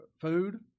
food